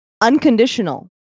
Unconditional